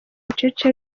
bucece